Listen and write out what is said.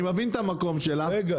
אני מבין את המקום שלך,